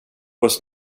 was